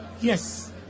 Yes